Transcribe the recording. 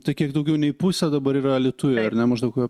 tai kiek daugiau nei pusė dabar yra alytuj ar ne maždaug